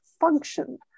function